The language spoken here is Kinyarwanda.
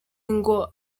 ngo